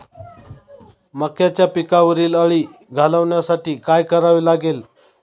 मक्याच्या पिकावरील अळी घालवण्यासाठी काय करावे लागेल?